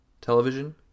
television